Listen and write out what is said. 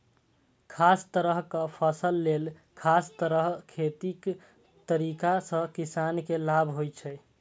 खास तरहक फसल लेल खास तरह खेतीक तरीका सं किसान के लाभ होइ छै